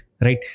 right